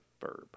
verb